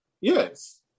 yes